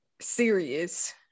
serious